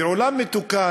בעולם מתוקן,